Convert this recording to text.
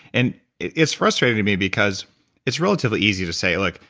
and it's frustrating to me because it's relatively easy to say look,